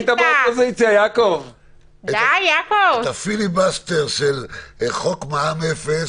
את הפיליבסטר של חוק מע"מ אפס,